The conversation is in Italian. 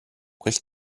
quel